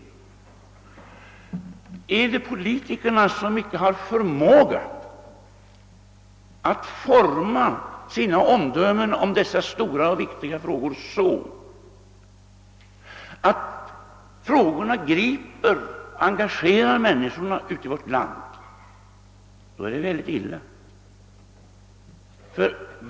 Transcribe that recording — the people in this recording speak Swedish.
Har politikerna inte förmåga att forma sina omdömen om dessa stora viktiga frågor så, att frågorna griper och engagerar människorna i vårt land? Då är det väldigt illa.